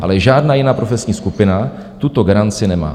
Ale žádná jiná profesní skupina tuto garanci nemá.